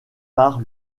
par